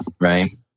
Right